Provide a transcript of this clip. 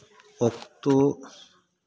ᱚᱠᱛᱚ